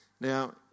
Now